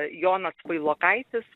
jonas vailokaitis